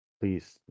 please